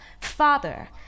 Father